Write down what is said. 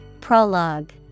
Prologue